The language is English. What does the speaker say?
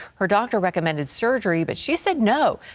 her doctor recommended surgery, but she said no.